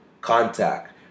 contact